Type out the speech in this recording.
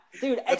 dude